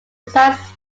designs